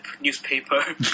newspaper